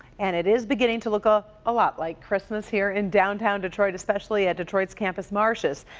and it is beginning to look a ah lot like christmas here in downtown detroit, especially at detroit's campus martius.